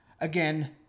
Again